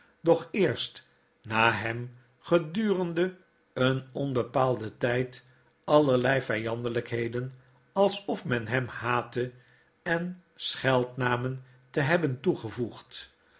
doch eerst na hem gedurende een onbepaalden tyd allerlei vyandelykheden alsof men hem haatte en scheldnamen te hebben toegevoegd